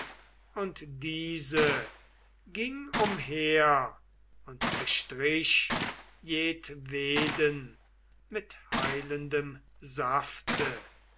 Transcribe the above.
und diese ging umher und bestrich jedweden mit heilendem safte